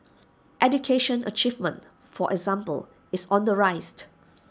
education achievement for example is on the